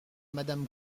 madame